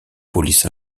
police